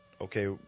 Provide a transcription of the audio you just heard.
okay